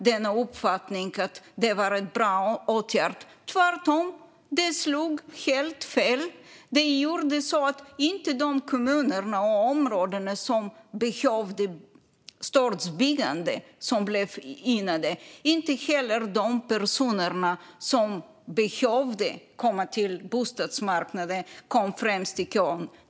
Den slog tvärtom helt fel och gjorde inte så att de kommuner och områden som behövde det största byggandet gynnades. Inte heller kom de personer som behövde komma in på bostadsmarknaden främst i kön.